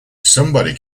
somebody